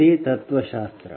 ಅದೇ ತತ್ವಶಾಸ್ತ್ರ